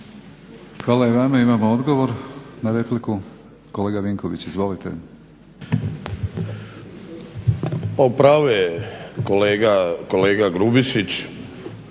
Hvala i vama. Imamo odgovor na repliku. Kolega Vinković izvolite. **Vinković,